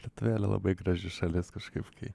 lietuvėlė labai graži šalis kažkaip kai